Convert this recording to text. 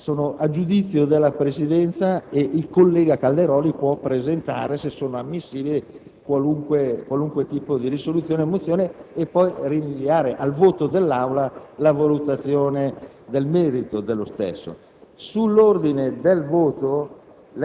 al giudizio della Presidenza e il collega Calderoli può presentare, se sono ammissibili, qualunque tipo di risoluzione o mozione e poi rinviare al voto dell'Aula la valutazione del merito dello stesso. Sull'ordine del voto,